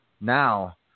Now